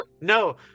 No